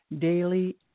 daily